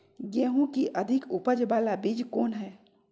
गेंहू की अधिक उपज बाला बीज कौन हैं?